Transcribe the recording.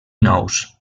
nous